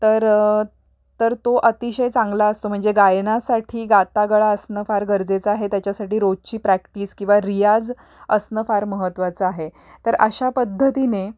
तर तर तो अतिशय चांगला असतो म्हणजे गायनासाठी गाता गळा असणं फार गरजेचं आहे त्याच्यासाठी रोजची प्रॅक्टिस किंवा रियाज असणं फार महत्त्वाचं आहे तर अशा पद्धतीने